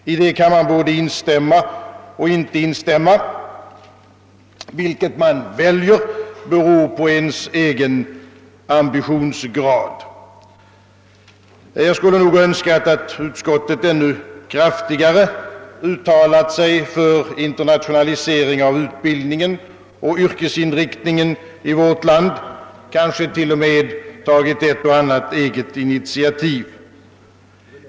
Häri kan man både instämma och låta bli att instämma vilket man väljer beror på ens egen ambitionsgrad. Jag skulle nog ha önskat, att utskottet ännu kraftigare hade uttalat sig för internationalisering av utbildningen och yrkesinriktningen i vårt land — kanske t.o.m. tagit ett och annat eget initiativ.